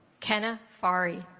kenna sorry